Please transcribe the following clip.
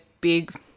big